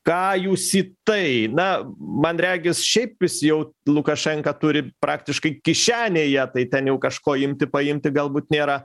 ką jūs į tai na man regis šiaip jis jau lukašenką turi praktiškai kišenėje tai ten jau kažko imti paimti galbūt nėra